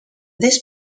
this